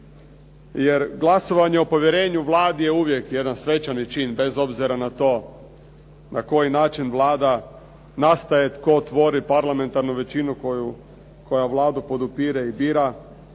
jer glasovanje o povjerenju Vladi je uvijek jedan svečani čin bez obzira na to na koji način Vlada nastaje, tko tvori parlamentarnu većinu koja Vladu podupire i bira.